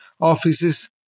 offices